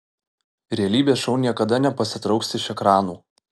realybės šou niekada nepasitrauks iš ekranų